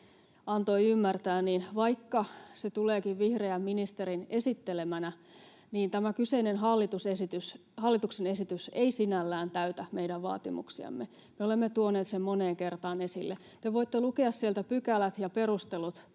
antoi ymmärtää, niin vaikka se tuleekin vihreän ministerin esittelemänä, tämä kyseinen hallituksen esitys ei sinällään täytä meidän vaatimuksiamme. Me olemme tuoneet sen moneen kertaan esille. Te voitte lukea sieltä pykälät ja perustelut